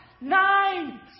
nine